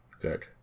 good